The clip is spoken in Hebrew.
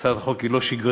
הצעת החוק היא לא שגרתית,